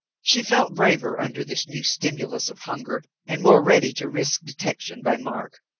she felt braver under this new stimulus of hunger and more ready to risk detection by mark.